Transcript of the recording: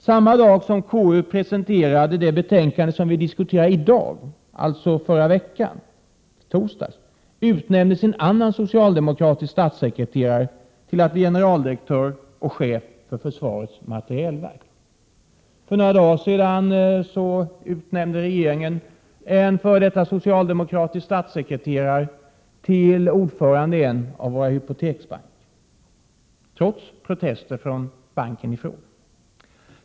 Samma dag, i torsdags i förra veckan, som KU presenterade det betänkande som vi diskuterar i dag utnämndes en annan socialdemokratisk statssekreterare till att bli generaldirektör och chef för försvarets materielverk. För några dagar sedan utnämnde regeringen en före detta socialdemokratisk statssekreterare till ordförande i en av våra hypoteksbanker, trots protester från banken i fråga.